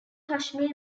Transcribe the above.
kashmir